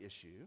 issue